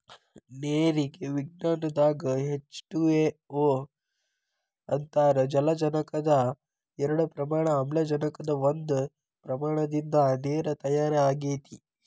ನೇರಿಗೆ ವಿಜ್ಞಾನದಾಗ H two O ಅಂತಾರ ಜಲಜನಕದ ಎರಡ ಪ್ರಮಾಣ ಆಮ್ಲಜನಕದ ಒಂದ ಪ್ರಮಾಣದಿಂದ ನೇರ ತಯಾರ ಆಗೆತಿ